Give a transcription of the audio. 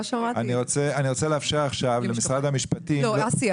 אסי,